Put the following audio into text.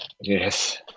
Yes